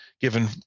given